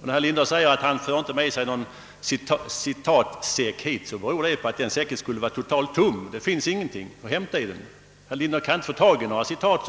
Och när herr Lindahl säger att han inte för med sig någon citatsäck, så beror det på att den säcken skulle vara alldeles tom. Det finns inget att hämta herr Lindahl kan inte få tag i några citat,